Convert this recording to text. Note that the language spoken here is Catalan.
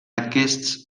aquests